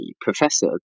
professor